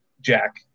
Jack